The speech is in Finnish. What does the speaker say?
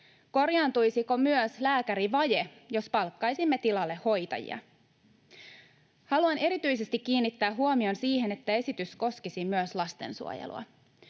Korjaantuisiko myös lääkärivaje, jos palkkaisimme tilalle hoitajia? Haluan erityisesti kiinnittää huomion siihen, että esitys koskisi myös lastensuojelua.